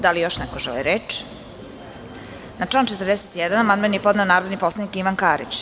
Da li još neko želi reč? (Ne.) Na član 41. amandman je podneo narodni poslanik Ivan Karić.